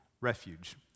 Refuge